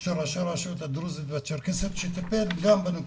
של ראשי הרשויות הדרוזיות והצ'רקסיות ובעברי